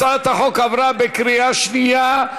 הצעת החוק עברה בקריאה שנייה.